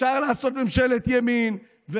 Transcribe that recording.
אפשר לעשות ממשלת ימין,